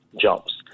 jobs